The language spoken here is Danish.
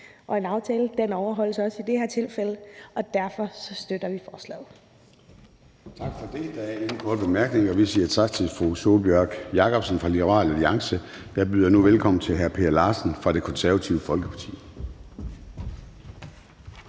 Og en aftale skal overholdes, også i det her tilfælde, og derfor støtter vi forslaget. Kl. 22:10 Formanden (Søren Gade): Tak for det. Der er ingen korte bemærkninger. Vi siger tak til fru Sólbjørg Jakobsen fra Liberal Alliance. Jeg byder nu velkommen til hr. Per Larsen fra Det Konservative Folkeparti.